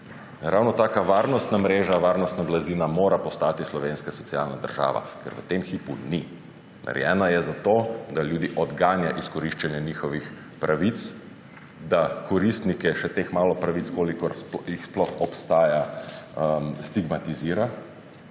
Ravno takšna varnostna mreža, varnostna blazina mora postati slovenska socialna država, kar v tem hipu ni. Narejena je za to, da ljudi odganja od koriščenja pravic, da koristnike še teh malo pravic, kolikor jih sploh obstaja, stigmatizira